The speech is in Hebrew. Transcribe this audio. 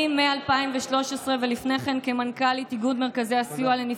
לא במהדורות